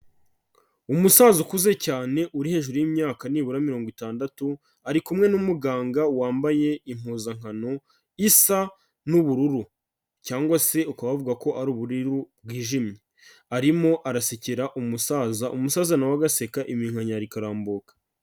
Umusaza ukuze cyane uri hejuru y'imyaka nibura mirongo itandatu, ari kumwe n'umuganga wambaye impuzankano isa n'ubururu cyangwa se ukaba wavuga ko ari ubururu bwijimye, arimo arasekera umusaza, umusaza na we agaseka iminkanyari ikarambuka.